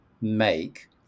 make